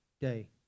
day